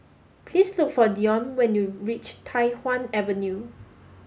please look for Dionne when you reach Tai Hwan Avenue